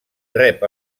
rep